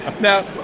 now